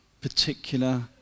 particular